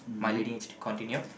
my lady needs to continue